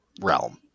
realm